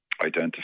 identify